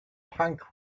punk